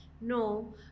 No